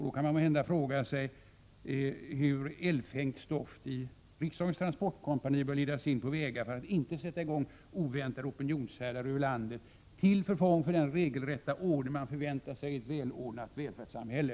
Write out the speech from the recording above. Då kan vi måhända undra hur eldfängt stoff i riksdagens transportkompanier skall ledas in på rätt väg, så att man inte sätter i gång oväntade opinionshärdar över landet, till förfång för den regelrätta ordning vi förväntar oss i ett välordnat välfärdssamhälle.